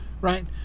Right